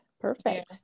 perfect